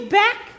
back